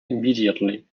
immediately